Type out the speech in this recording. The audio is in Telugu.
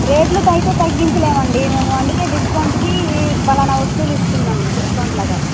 రేట్లుతో అయితే తగ్గించలేమండి మేము అందుకే డిస్కౌంట్కి పలానా వస్తువులు ఇస్తున్నాము డిస్కౌంట్లగా